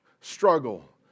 struggle